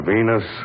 Venus